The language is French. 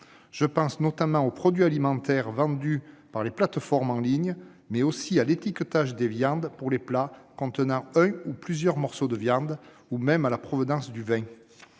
Je pense notamment aux produits alimentaires vendus par les plateformes en ligne, mais aussi à l'étiquetage des viandes pour les plats contenant un ou plusieurs morceaux de viande, ou même à la provenance du vin.